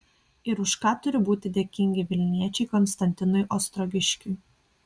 ir už ką turi būti dėkingi vilniečiai konstantinui ostrogiškiui